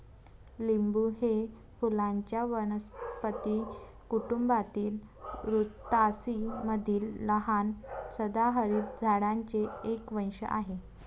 लिंबू हे फुलांच्या वनस्पती कुटुंबातील रुतासी मधील लहान सदाहरित झाडांचे एक वंश आहे